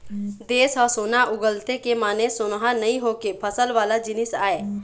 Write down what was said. देस ह सोना उगलथे के माने सोनहा नइ होके फसल वाला जिनिस आय